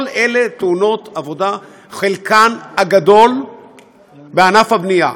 כל אלה תאונות עבודה, חלקן הגדול בענף הבנייה.